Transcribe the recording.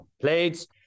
plates